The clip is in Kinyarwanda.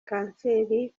kanseri